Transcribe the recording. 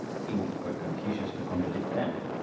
he would quote confucius to contradict them.